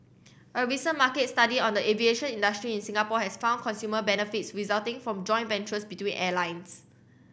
a recent market study on the aviation industry in Singapore has found consumer benefits resulting from joint ventures between airlines